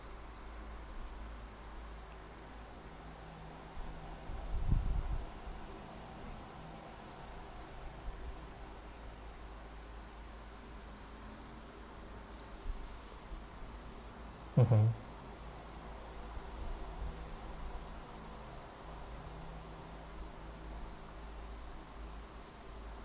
mmhmm